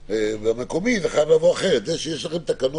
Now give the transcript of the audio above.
והיינו מבקשים שהוועדה הנכבדה תבחן הקלה בהקשר